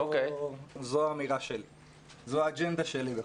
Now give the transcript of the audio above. זו האג'נדה שלי.